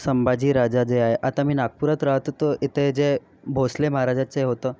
संभाजी राजा जे आहे आता मी नागपुरात राहतो तर इथे जे भोसले महाराजांचे होतं